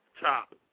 Top